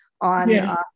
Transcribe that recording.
on